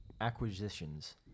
acquisitions